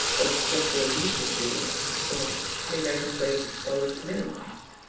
oh, it's just the youtube video. so maybe i can play it while it's minimized.